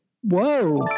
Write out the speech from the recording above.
Whoa